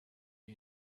you